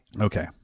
Okay